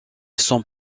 son